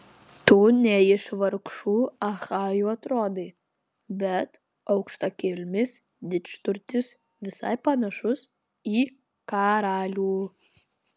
tu ne iš vargšų achajų atrodai bet aukštakilmis didžturtis visai panašus į karalių